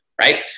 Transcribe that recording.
right